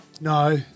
No